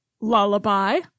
Lullaby